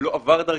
לא עבר דרכי,